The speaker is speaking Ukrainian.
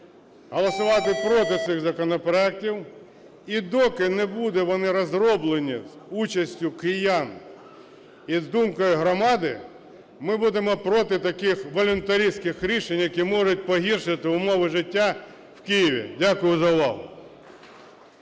голосувати проти цих законопроектів. І доки не будуть вони розроблені з участю киян і з думкою громади, ми будемо проти таких волюнтаристських рішень, які можуть погіршити умови життя в Києві. Дякую за увагу.